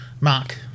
Mark